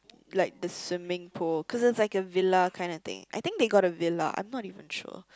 like the swimming pool cause it's like a villa kinda thing I think they got a Villa I'm not even sure